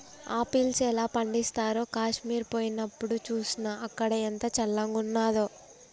apples ఎలా పండిస్తారో కాశ్మీర్ పోయినప్డు చూస్నా, అక్కడ ఎంత చల్లంగున్నాదో